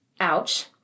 Ouch